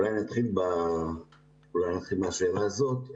אני אתחיל מהשאלה הזאת.